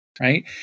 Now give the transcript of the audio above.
Right